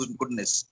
goodness